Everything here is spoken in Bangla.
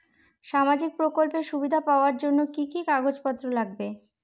সামাজিক প্রকল্পের সুবিধা পাওয়ার জন্য কি কি কাগজ পত্র লাগবে?